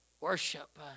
worship